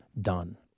done